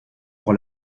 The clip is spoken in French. pour